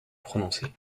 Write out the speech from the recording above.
prononcées